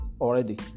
already